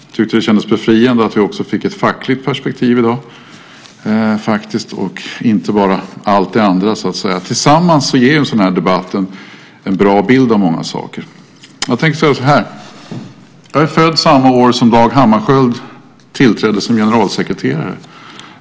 Jag tyckte att det kändes befriande att vi också fick ett fackligt perspektiv i dag och inte bara allt det andra. Tillsammans ger en sådan här debatt en bra bild av många saker. Jag är född samma år som Dag Hammarskjöld tillträdde som generalsekreterare.